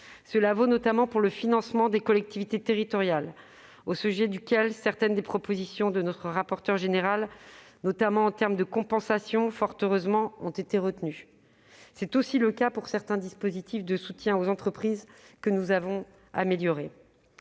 Cela vaut notamment pour le financement des collectivités territoriales, au sujet duquel certaines des propositions du rapporteur général, notamment sur les compensations, ont été fort heureusement retenues. C'est aussi le cas pour certains dispositifs de soutien aux entreprises que nous avons améliorés.